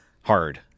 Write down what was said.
hard